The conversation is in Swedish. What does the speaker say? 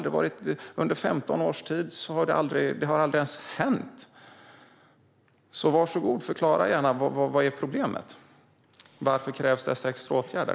Under 15 års tid har ju detta aldrig hänt. Varsågod! Förklara gärna vad som är problemet! Varför krävs dessa extra åtgärder?